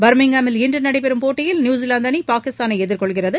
பர்மிங்காமில் இன்று நடைபெறும் போட்டியில் நியூலாந்து அணி பாகிஸ்தானை எதிர்கொள்கிறது